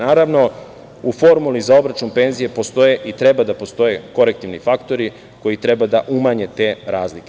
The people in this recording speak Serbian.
Naravno, u formuli za obračun penzije postoje i treba da postoje korektivni faktori koji treba da umanje te razlike.